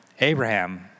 Abraham